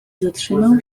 zatrzymał